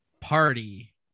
party